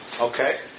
Okay